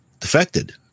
defected